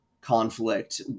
conflict